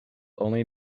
only